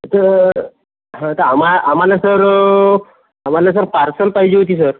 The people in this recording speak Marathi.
तर हां त आमा आम्हाला सर आम्हाला सर पार्सल पाहिजे होती सर